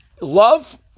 love